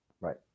Right